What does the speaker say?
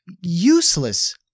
useless